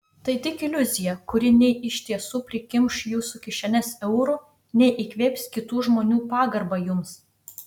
tai tik iliuzija kuri nei iš tiesų prikimš jūsų kišenes eurų nei įkvėps kitų žmonių pagarbą jums